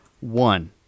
one